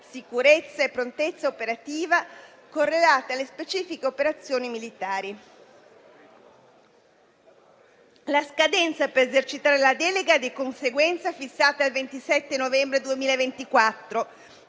sicurezza e prontezza operativa, correlate alle specifiche operazioni militari. La scadenza per esercitare la delega è di conseguenza fissata al 27 novembre 2024,